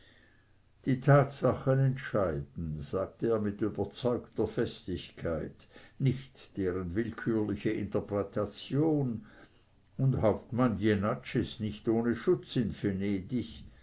die tatsachen entscheiden sagte er mit überzeugter festigkeit nicht deren willkürliche interpretation und hauptmann jenatsch ist nicht ohne schutz in venedig